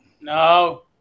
No